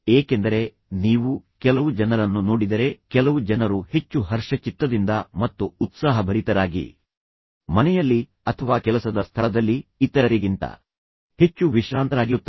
ಏಕೆಂದರೆ ನೀವು ಕೆಲವು ಜನರನ್ನು ನೋಡಿದರೆ ಕೆಲವು ಜನರು ಹೆಚ್ಚು ಹರ್ಷಚಿತ್ತದಿಂದ ಮತ್ತು ಉತ್ಸಾಹಭರಿತರಾಗಿ ಮನೆಯಲ್ಲಿ ಅಥವಾ ಕೆಲಸದ ಸ್ಥಳದಲ್ಲಿ ಇತರರಿಗಿಂತ ಹೆಚ್ಚು ವಿಶ್ರಾಂತರಾಗಿರುತ್ತಾರೆ